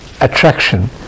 attraction